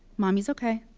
mommy's ok.